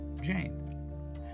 Jane